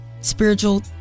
spiritual